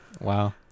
Wow